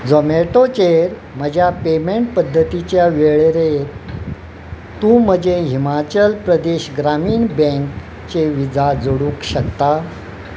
जोमॅटोचेर म्हज्या पेमेंट पद्दतीच्या वेळेरेंत तूं म्हजें हिमाचल प्रदेश ग्रामीण बँकचे विजा जोडूंक शकता